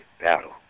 battle